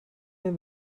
der